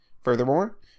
Furthermore